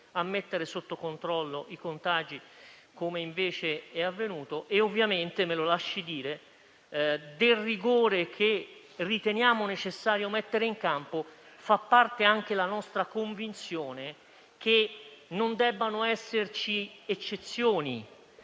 a mettere sotto controllo i contagi, come invece è avvenuto. E mi lasci dire che del rigore che riteniamo necessario mettere in campo fa parte anche la nostra convinzione che non debbano esserci eccezioni